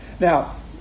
Now